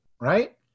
right